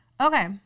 Okay